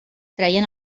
treien